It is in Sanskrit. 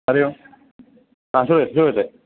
हरि ओम् आम् श्रूयत् श्रूयते